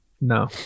no